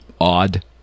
Odd